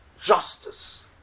justice